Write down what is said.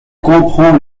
comprend